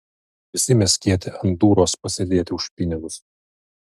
visi mes kieti ant dūros pasėdėti už pinigus